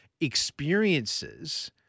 experiences